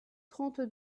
trente